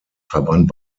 verband